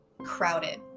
crowded